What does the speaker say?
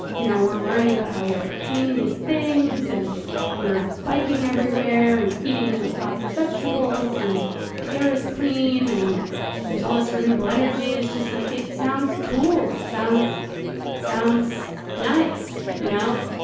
you know, we're learning about how we overcame these things and we're biking everywhere and eating like lots of vegetables. and the air is clean. and there's all this renewable energy is just like it sounds cool and sounds sounds nice, you know?